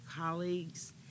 colleagues